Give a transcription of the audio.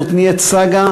זאת נהיית סאגה,